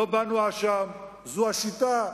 לא בנו האשם, זו השיטה,